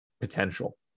potential